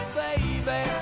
baby